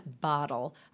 bottle